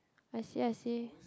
I see I see